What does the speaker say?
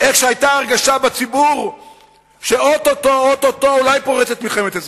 איך שהיתה הרגשה בציבור שאו-טו-טו אולי פורצת מלחמת אזרחים.